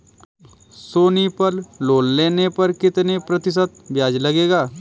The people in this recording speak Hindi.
सोनी पल लोन लेने पर कितने प्रतिशत ब्याज लगेगा?